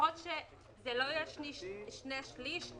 שלפחות זה לא יהיה שני שליש,